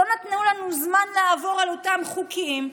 שלא נתנו לנו זמן לעבור על אותם חוקים,